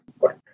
work